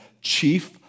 chief